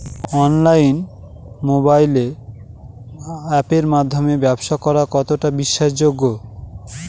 অনলাইনে মোবাইল আপের মাধ্যমে ব্যাবসা করা কতটা বিশ্বাসযোগ্য?